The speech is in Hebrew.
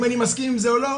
אם אני מסכים עם זה או לא,